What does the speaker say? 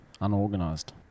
Unorganized